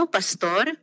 Pastor